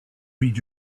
read